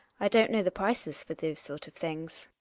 i don't know the prices for those sort of things.